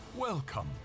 Welcome